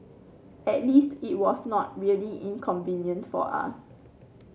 at least it was not really inconvenient for us